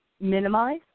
minimize